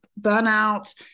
burnout